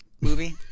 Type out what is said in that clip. movie